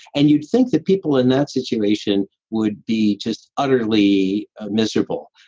and you'd think that people in that situation would be just utterly miserable.